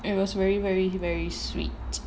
it was very very very sweet